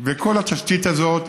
וכל התשתית הזאת,